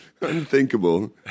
Unthinkable